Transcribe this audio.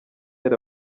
made